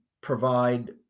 provide